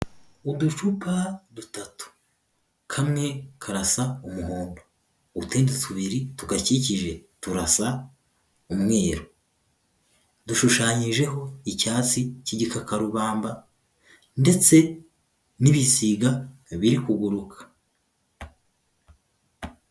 Uducupa dutatu, kamwe karasa umuhondo, utundi tubiri tugakikije turasa umweru. Dushushanyijeho icyatsi cy'igikakarubamba ndetse n'ibisiga biri kuguruka.